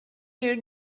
here